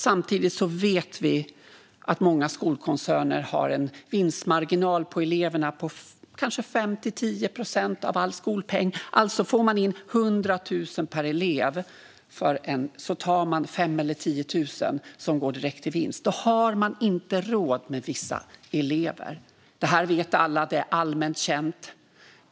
Samtidigt vet vi att många skolkoncerner har en vinstmarginal på eleverna på kanske 5-10 procent av all skolpeng. Får man alltså in 100 000 kronor per elev tar man 5 000 eller 10 000 kronor som går direkt till vinst. Då har man inte råd med vissa elever. Det här vet alla. Det är allmänt känt.